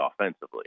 offensively